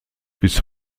bis